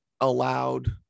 allowed